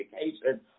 education